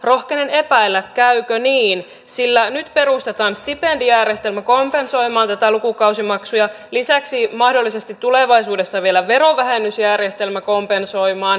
rohkenen epäillä käykö niin sillä nyt perustetaan stipendijärjestelmä kompensoimaan näitä lukukausimaksuja lisäksi mahdollisesti tulevaisuudessa vielä verovähennysjärjestelmä kompensoimaan